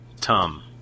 Tom